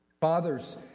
Fathers